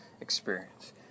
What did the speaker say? experience